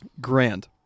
Grand